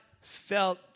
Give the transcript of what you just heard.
felt